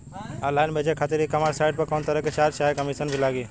Online बेचे खातिर e commerce site पर कौनोतरह के चार्ज चाहे कमीशन भी लागी?